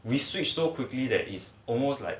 we switched so quickly that is almost like